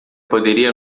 poderia